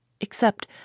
except